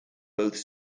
both